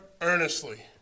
earnestly